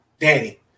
Danny